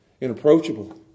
inapproachable